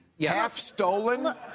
Half-stolen